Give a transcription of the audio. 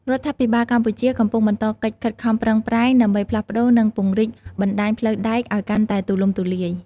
រដ្ឋាភិបាលកម្ពុជាកំពុងបន្តកិច្ចខិតខំប្រឹងប្រែងដើម្បីផ្លាស់ប្តូរនិងពង្រីកបណ្តាញផ្លូវដែកឱ្យកាន់តែទូលំទូលាយ។